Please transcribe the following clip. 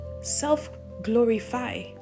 self-glorify